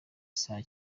saa